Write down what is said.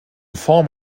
form